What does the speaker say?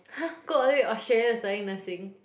[huh] go all the way to Australia to study nursing